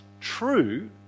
true